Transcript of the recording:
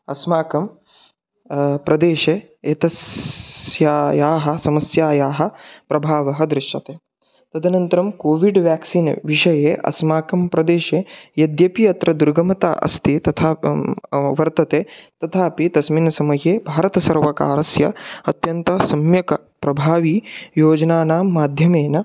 अस्माकं प्रदेशे एतस्यायाः समस्यायाः प्रभावः दृश्यते तदनन्तरं कोविड् व्याक्सीन् विषये अस्माकं प्रदेशे यद्यपि अत्र दुर्गमता अस्ति तथा वर्तते तथापि तस्मिन् समये भारतसर्वकारस्य अत्यन्तसम्यक् प्रभावी योजनानां माध्यमेन